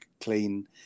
clean